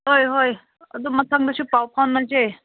ꯍꯣꯏ ꯍꯣꯏ ꯑꯗꯨ ꯃꯊꯪꯗꯁꯨ ꯄꯥꯎ ꯐꯥꯎꯅꯁꯦ